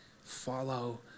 Follow